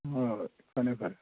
ꯍꯣꯏ ꯐꯅꯤ ꯐꯔꯦ